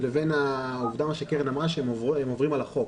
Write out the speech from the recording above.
לבין מה שקרן אמרה, שהם עוברים על החוק.